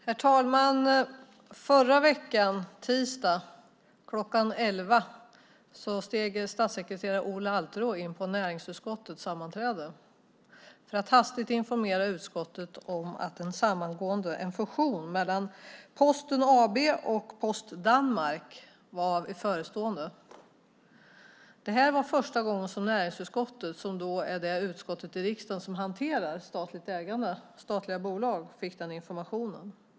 Herr talman! Kl. 11 på tisdagen i förra veckan steg statssekreterare Ola Alterå in på näringsutskottets sammanträde för att hastigt informera utskottet om att en fusion mellan Posten AB och Post Danmark var förestående. Det var första gången som näringsutskottet, som är det utskott i riksdagen som hanterar statliga bolag, fick den informationen.